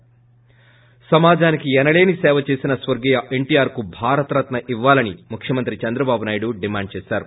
ప్ర సమాజానికి ఎనలేని సేవ చేసిన స్వర్గీయ ఎన్టీఆర్కు భారతరత్న ఇవ్వాలని ముఖ్వమంత్రి చంద్రబాబు నాయుడు డిమాండ్ చేశారు